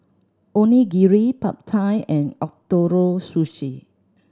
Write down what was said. Onigiri Pad Thai and Ootoro Sushi